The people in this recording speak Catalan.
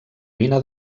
mina